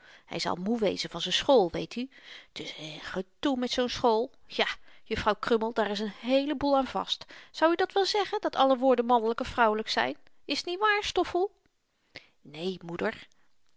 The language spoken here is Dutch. hy zal moe wezen van z'n school weet u t is n gedoe met zoo'n school ja juffrouw krummel daar is n heele boel aan vast zou u dat wel zeggen dat alle woorden mannelyk of vrouwelyk zyn is t niet waar stoffel né moeder